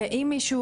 ואם מישהו,